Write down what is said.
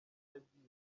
yagiye